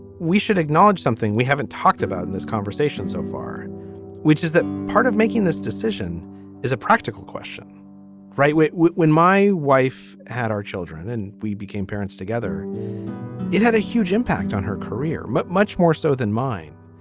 we should acknowledge something we haven't talked about in this conversation so far which is that part of making this decision is a practical question right way when when my wife had our children and we became parents together it had a huge impact on her career. but much more so than mine.